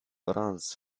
runs